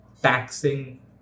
taxing